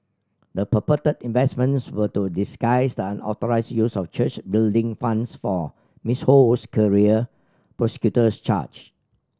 the purported investments were to disguise the unauthorised use of church building funds for Miss Ho's career prosecutors charge